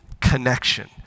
Connection